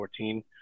2014